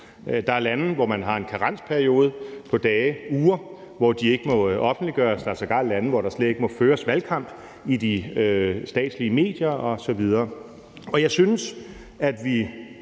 Der er lande, hvor man har en karensperiode på dage eller uger, hvor de ikke må offentliggøres. Der er sågar lande, hvor der slet ikke må føres valgkamp i de statslige medier osv. Jeg synes, at vi